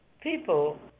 people